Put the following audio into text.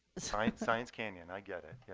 science science canyon, i get it. yeah